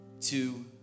two